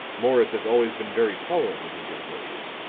morris has always been very tolerant with his employees,